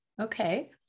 okay